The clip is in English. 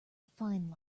fine